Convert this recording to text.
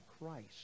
Christ